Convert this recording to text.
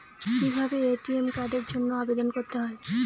কিভাবে এ.টি.এম কার্ডের জন্য আবেদন করতে হয়?